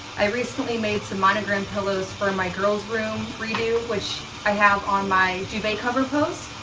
i recently made some monogrammed pillows for my girls' room redo. which i have on my duvet cover post.